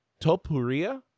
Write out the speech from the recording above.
Topuria